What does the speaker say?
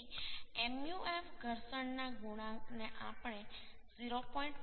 તેથી Mu f ઘર્ષણના ગુણાંકને આપણે 0